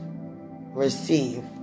Receive